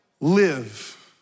live